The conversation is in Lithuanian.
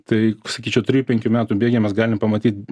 tai sakyčiau trijų penkių metų bėgyje mes galim pamatyti